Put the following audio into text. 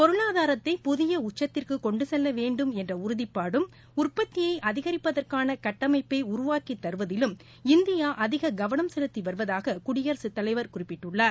பொருளாதாரத்தை புதிய உச்சத்திற்கு கொண்டு செல்ல வேண்டும் என்ற உறுதிபாடும் உற்பத்தியை அதிகரிப்பதற்கான கட்டமைப்ப உருவாக்கி தருவதிலும் இந்தியா அதிக கவனம் செலுத்தி வருவதாக குடியரகத் தலைவர் குறிப்பிட்டுள்ளார்